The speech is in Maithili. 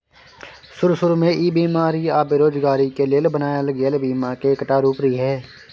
शरू शुरू में ई बेमारी आ बेरोजगारी के लेल बनायल गेल बीमा के एकटा रूप रिहे